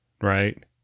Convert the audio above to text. right